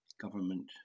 government